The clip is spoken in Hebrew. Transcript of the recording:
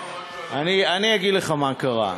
אמרנו רק, אני אגיד לך מה קרה.